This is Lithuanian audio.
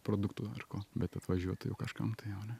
produktų ar ko bet atvažiuot tai jau kažkam tai jau ne